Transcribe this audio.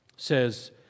says